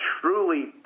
truly